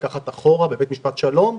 לקחת אחורה בבית משפט שלום,